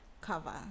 cover